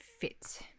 fit